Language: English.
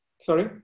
sorry